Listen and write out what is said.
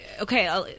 okay